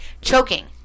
choking